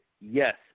yes